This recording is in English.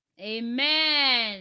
Amen